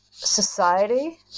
Society